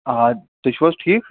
آ تُہی چھُ حظ ٹھیٖک